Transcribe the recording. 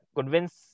convince